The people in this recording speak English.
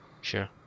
Sure